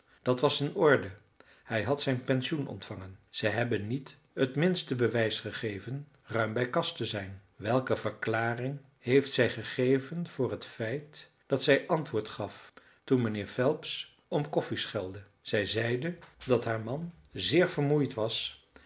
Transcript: dat was in orde hij had zijn pensioen ontvangen zij hebben niet het minste bewijs gegeven ruim bij kas te zijn welke verklaring heeft zij gegeven voor het feit dat zij antwoord gaf toen mijnheer phelps om koffie schelde zij zeide dat haar man zeer vermoeid was